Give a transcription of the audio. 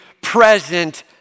present